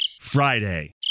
Friday